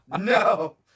No